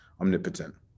omnipotent